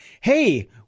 hey